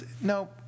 No